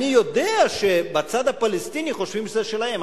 אני יודע שבצד הפלסטיני חושבים שזה שלהם,